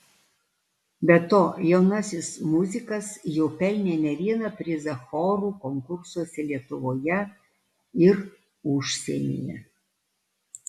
be to jaunasis muzikas jau pelnė ne vieną prizą chorų konkursuose lietuvoje ir užsienyje